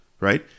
right